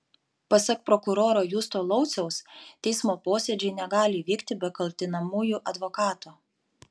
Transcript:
pasak prokuroro justo lauciaus teismo posėdžiai negali vykti be kaltinamųjų advokato